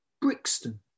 Brixton